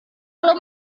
perlu